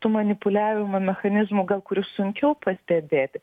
tų manipuliavimo mechanizmų gal kurių sunkiau pastebėti